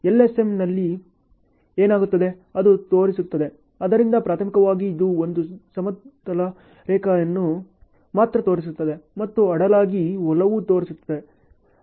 LSMನಲ್ಲಿ ಏನಾಗುತ್ತದೆ ಅದು ತೋರಿಸುತ್ತದೆ ಆದ್ದರಿಂದ ಪ್ರಾಥಮಿಕವಾಗಿ ಇದು ಒಂದು ಸಮತಲ ರೇಖೆಯನ್ನು ಮಾತ್ರ ತೋರಿಸುತ್ತದೆ ಮತ್ತು ಅಡ್ಡಲಾಗಿ ಒಲವು ತೋರಿಸುತ್ತದೆ